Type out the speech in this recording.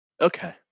Okay